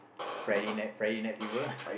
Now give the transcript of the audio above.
Friday night Friday night fever